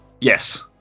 Yes